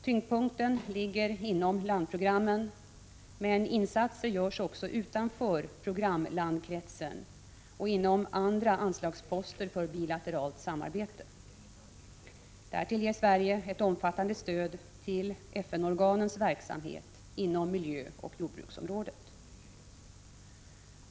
Tyngdpunkten ligger inom landprogrammen, men insatser görs också utanför programlandskretsen och inom andra anslagsposter för bilateralt samarbete. Därtill ger Sverige ett omfattande stöd till FN-organens verksamhet inom miljö och jordbruksområdet.